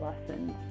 lessons